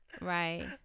right